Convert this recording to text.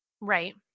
Right